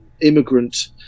immigrant